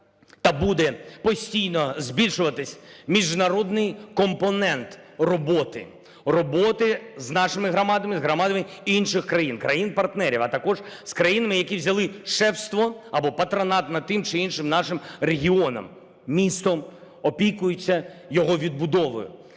та буде постійно збільшуватись міжнародний компонент роботи, роботи з нашими громадами, громадами інших країн, країн-партнерів, а також з країнами, які взяли шефство або патронат над тим чи іншим нашим регіоном, містом, опікуються його відбудовою.